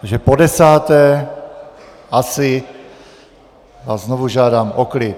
Takže podesáté, asi, vás znovu žádám o klid!